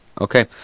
Okay